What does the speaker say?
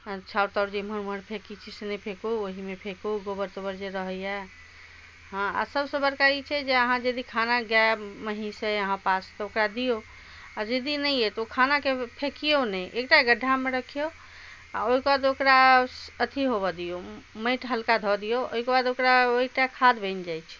छाउर ताउर जे इमहर उमहर फेकै छी से नहि फेकू ओहिमे फेकू गोबर तोबर जे रहैए हँ आओर सबसँ बड़का ई छै जे अहाँ यदि खाना गाय महींस अइ अहाँ पास तऽ ओकरा दियौ आओर यदि नहि यऽ तऽ ओ खानाके फेकियौ नहि एकटा गड्ढामे रखियौ आओर ओइके बाद ओकरा अथी होबऽ दियौ माटि हल्का धऽ दियौ ओइके बाद ओकरा ओ एकटा खाद बनि जाइ छै